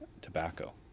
tobacco